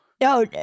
No